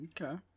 Okay